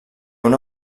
una